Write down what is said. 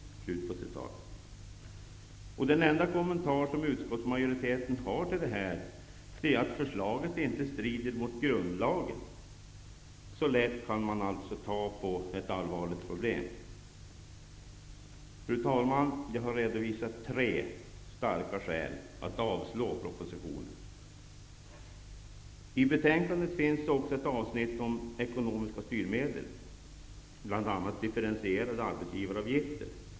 Den enda kommentar utskottsmajoriteten har till detta är att förslaget inte strider mot grundlagen. Så lätt kan man alltså ta på allvarliga problem. Fru talman! Jag har nu redovisat tre starka skäl att avslå propositionen. I betänkandet finns också ett avsnitt om ekonomiska styrmedel, bl.a. differentierade arbetsgivaravgifter.